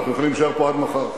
אנחנו יכולים להישאר פה עד מחר.